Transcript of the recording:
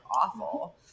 awful